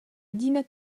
adina